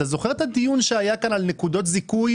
אתה זוכר את הדיון שהיה כאן על נקודות זיכוי,